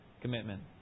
commitment